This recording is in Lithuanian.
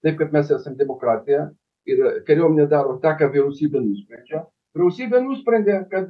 taip kad mes esam demokratija ir kariuomenė daro tą ką vyriausybė nusprendžia vyriausybė nusprendė kad